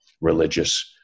religious